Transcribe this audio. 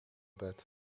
bed